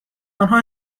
آنها